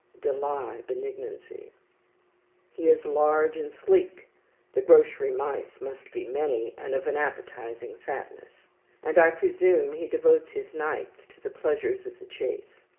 deny benignancy. he is large and sleek the grocery mice must be many, and of an appetizing fatness and presume he devotes his nights to the pleasures of the chase.